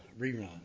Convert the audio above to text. rerun